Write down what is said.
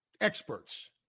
experts